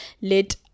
let